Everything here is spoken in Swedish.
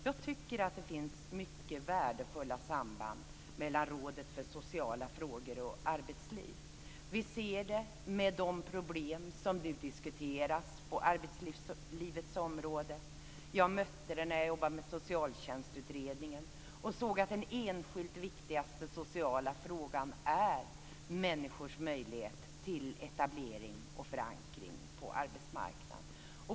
Jag tycker att det finns mycket värdefulla samband mellan Rådet för sociala frågor och arbetslivet. Vi ser det med de problem som nu diskuteras på arbetslivets område. Jag mötte det när jag jobbade med Socialtjänstutredningen, och såg att den enskilt viktigaste sociala frågan är människors möjlighet till etablering och förankring på arbetsmarknaden.